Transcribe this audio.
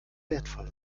wertvoll